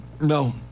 No